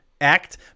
act